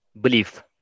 Belief